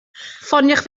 ffoniwch